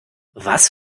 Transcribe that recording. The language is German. was